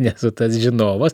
nesu tas žinovas